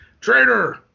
Traitor